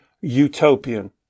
utopian